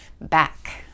back